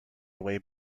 away